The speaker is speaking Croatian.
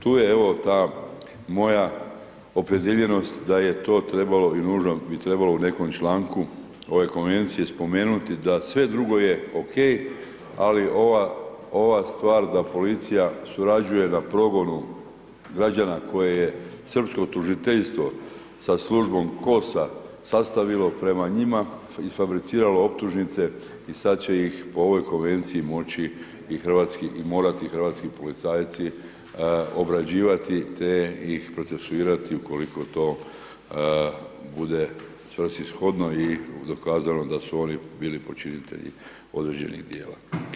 Tu je evo, ta moja opredijeljenost da je to trebalo i nužno bi trebalo u nekom članku ove Konvencije spomenuti, da sve drugo je okej, ali ova stvar da policija surađuje na progonu građana koje je srpsko tužiteljstvo sa službom KOS-a sastavilo prema njima i fabriciralo optužnice i sad će ih po ovoj Konvenciji moći i morati hrvatski policajci obrađivati, te ih procesuirati ukoliko to bude svrsishodno i dokazalo da su oni bili počinitelji određenih dijela.